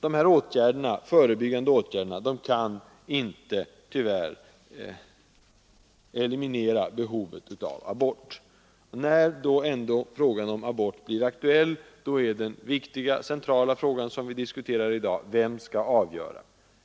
De här förebyggande åtgärderna kan tyvärr inte eliminera behovet av abort. När ändå abort blir aktuell är den viktiga, centrala frågan, som vi diskuterar i dag: Vem skall avgöra?